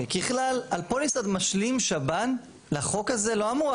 ככלל על פוליסת משלים שב"ן לחוק הזה לא אמורה